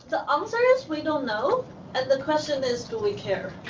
the answer's, we don't know and the question is, do we care?